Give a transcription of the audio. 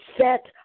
set